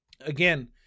Again